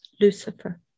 Lucifer